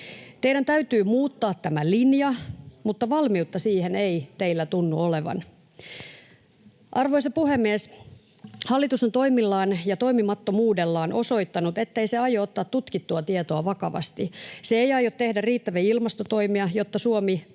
Teidän täytyy muuttaa tämä linja, mutta valmiutta siihen ei teillä tunnu olevan. Arvoisa puhemies! Hallitus on toimillaan ja toimimattomuudellaan osoittanut, ettei se aio ottaa tutkittua tietoa vakavasti. Se ei aio tehdä riittäviä ilmastotoimia, joilla Suomi